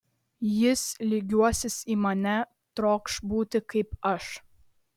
jis lygiuosis į mane trokš būti kaip aš